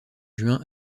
juin